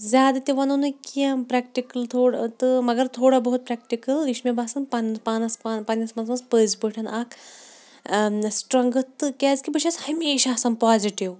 زیادٕ تہِ وَنو نہٕ کینٛہہ پرٛٮ۪کٹِکَل تھوڑا تہٕ مگر تھوڑا بہت پرٛٮ۪کٹِکَل یہِ چھُ مےٚ باسان پنٕنۍ پانَس پانہٕ پنٛنِس منٛز پٔزۍ پٲٹھۍ اَکھ سٕٹرٛنٛگٕتھ تہٕ کیٛازِکہِ بہٕ چھَس ہمیشہِ آسان پازِٹِو